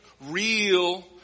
real